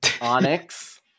Onyx